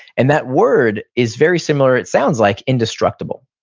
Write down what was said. and that word is very similar, it sounds like indestructible.